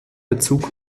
bezug